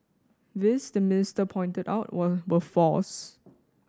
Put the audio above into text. these the minister pointed out were false